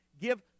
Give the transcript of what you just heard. give